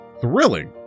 thrilling